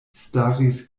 staris